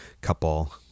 couple